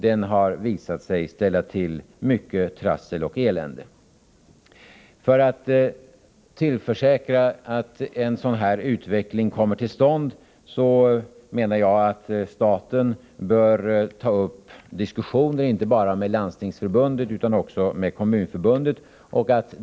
Den har visat sig ställa till mycket trassel och elände. För att nå en sådan utveckling bör staten ta upp diskussioner inte bara med Landstingsförbundet utan också med Kommunförbundet.